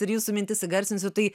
ir jūsų mintis įgarsinsiu tai